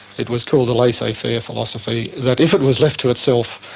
it was called a laissez faire philosophy, that if it was left to itself,